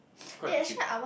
is quite cheap